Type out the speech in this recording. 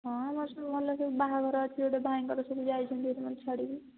ହଁ ଆମର ସବୁ ଭଲ ସବୁ ବାହାଘର ଅଛି ଗୋଟେ ଭାଇଙ୍କର ସେଇଠି ଯାଇଛନ୍ତି ହେରି ମୋତେ ଛାଡ଼ିକି